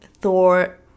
Thor